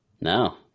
No